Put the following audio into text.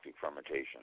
fermentation